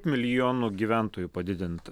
milijonu gyventojų padidint